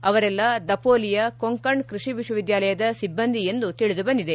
ಅವರೆಲ್ಲಾ ದಪೋಲಿಯ ಕೊಂಕಣ್ ಕೃಷಿ ವಿಶ್ವವಿದ್ಲಾಲಯದ ಸಿಬ್ಬಂದಿ ಎಂದು ತಿಳಿದುಬಂದಿದೆ